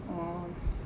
oh